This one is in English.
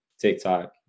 TikTok